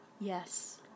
Yes